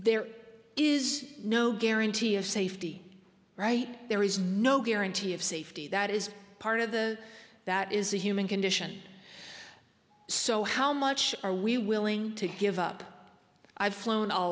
there is no guarantee of safety right there is no guarantee of safety that is part of the that is a human condition so how much are we willing to give up i've flown a